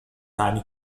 تعني